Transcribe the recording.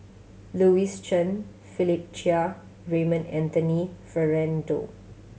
Louis Chen Philip Chia Raymond Anthony Fernando